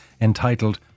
entitled